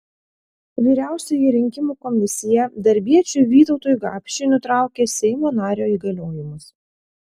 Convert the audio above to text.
vyriausioji rinkimų komisija darbiečiui vytautui gapšiui nutraukė seimo nario įgaliojimus